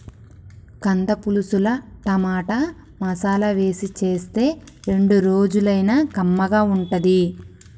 కంద పులుసుల టమాటా, మసాలా వేసి చేస్తే రెండు రోజులైనా కమ్మగా ఉంటది